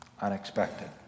Unexpected